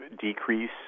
decrease